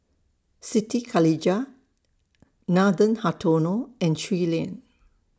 Siti Khalijah Nathan Hartono and Shui Lien